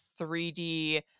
3d